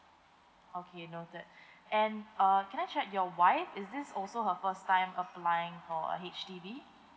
okay noted and uh can I check your wife is this also her first time applying for a H_D_B